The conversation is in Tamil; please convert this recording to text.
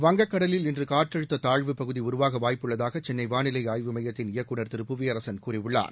வங்கக்கடலில் இன்று காற்றழுத்த தாழ்வு பகுதி உருவாக வாய்ப்புள்ளதாக சென்னை வானிலை ஆய்வுமையத்தின் இயக்குநர் திரு புவியரசன் கூறியுள்ளார்